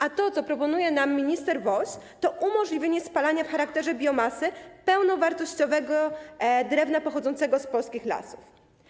A to, co proponuje nam minister Woś, to umożliwienie spalania w charakterze biomasy pełnowartościowego drewna pochodzącego z polskich lasów.